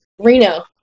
Reno